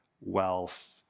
wealth